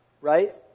right